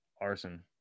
arson